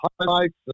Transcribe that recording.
highlights